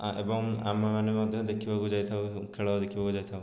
ଆ ଏବଂ ଆମେମାନେ ମଧ୍ୟ ଦେଖିବାକୁ ଯାଇଥାଉ ଖେଳ ଦେଖିବାକୁ ଯାଇଥାଉ